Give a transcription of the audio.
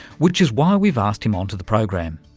which is why we've asked him onto the program.